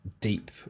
deep